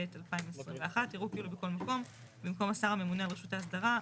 תשפ"ב-2021 יראו כאילו בכל מקום במקום השר הממונה על רשות ההסדרה,